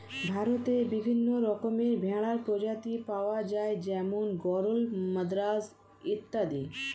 ভারতে বিভিন্ন রকমের ভেড়ার প্রজাতি পাওয়া যায় যেমন গরল, মাদ্রাজ অত্যাদি